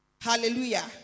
Hallelujah